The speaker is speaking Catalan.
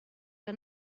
que